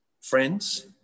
friends